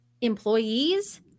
employees